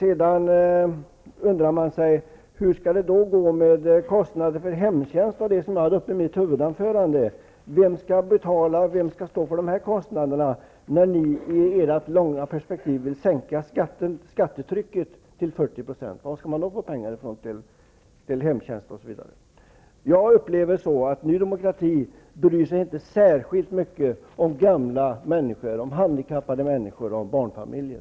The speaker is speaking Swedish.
Man undrar hur det skall gå med kostnader för hemtjänst och sådant som jag berörde i mitt huvudanförande. Vem skall stå för de kostnaderna, när ni i ert långa perspektiv vill sänka skattetrycket till 40 %? Var skall man då få pengar ifrån till hemtjänst osv? Jag upplever att Ny Demokrati inte bryr sig särskilt mycket om gamla människor, handikappade människor och barnfamiljer.